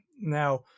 Now